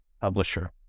publisher